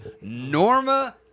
Norma